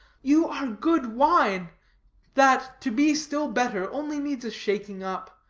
you are good wine that, to be still better, only needs a shaking up.